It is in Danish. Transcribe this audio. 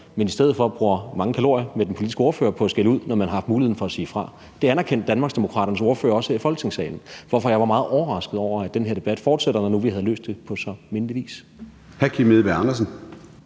men i stedet for bruger mange kalorier med den politiske ordfører på at skælde ud, når man har haft muligheden for at sige fra. Det anerkendte Danmarksdemokraternes ordfører også her i Folketingssalen, hvorfor jeg er meget overrasket over, at den her debat fortsætter, når nu vi havde løst det på så mindelig vis.